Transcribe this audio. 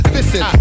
Listen